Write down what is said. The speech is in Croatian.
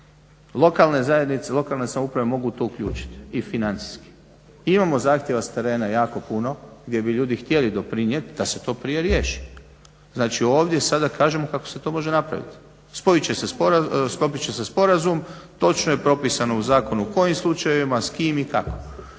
lokalne samouprave mogu u to uključiti i financijski. Imamo zahtjeva s terena jako puno gdje bi ljudi htjeli doprinijeti da se to prije riješi. Znači ovdje sada kažemo kako se to može napraviti. Sklopit će se sporazum, točno je propisano u zakonu u kojim slučajevima, s kim i kako.